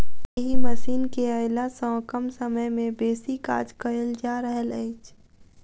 एहि मशीन केअयला सॅ कम समय मे बेसी काज कयल जा रहल अछि